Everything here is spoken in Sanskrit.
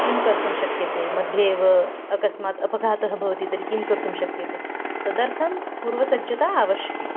किं कर्तुं शक्यते मध्ये एव अकस्मात् अपघातः भवति तर्हि किं कर्तुं शक्यते तदर्थं पूर्वसज्जता आवश्यकी